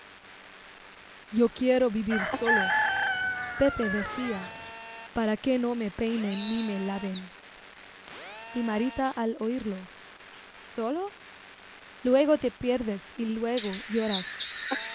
yo quiero vivir solo pepe decía para que no me peinen ni me laven y marita al oirlo sólo luego te pierdes y luego lloras